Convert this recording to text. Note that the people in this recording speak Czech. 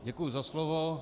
Děkuju za slovo.